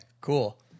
cool